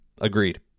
Agreed